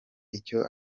icyo